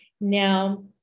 Now